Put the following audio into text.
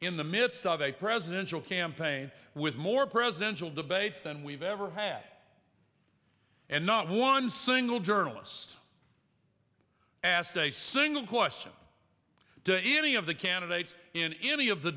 in the midst of a presidential campaign with more presidential debates than we've ever had and not one single journalist asked a single question do you any of the candidates in any of the